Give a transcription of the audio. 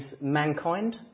mankind